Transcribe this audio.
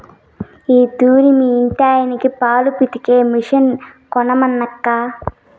ఈ తూరి మీ ఇంటాయనకి పాలు పితికే మిషన్ కొనమనక్కా